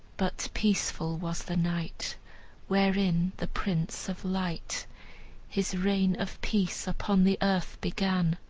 but peaceful was the night wherein the prince of light his reign of peace upon the earth began